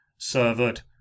servered